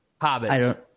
Hobbits